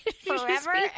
forever